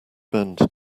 burned